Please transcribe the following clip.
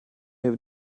have